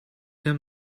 him